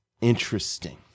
Interesting